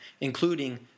including